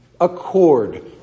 accord